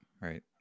Right